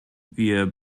wir